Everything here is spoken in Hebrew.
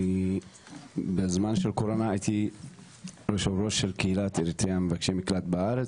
אני בזמן של הקורונה הייתי יושב ראש של קהילת אריתריאה מבקשי מקלט בארץ,